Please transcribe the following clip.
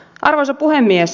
arvoisa puhemies